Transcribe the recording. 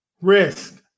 Risk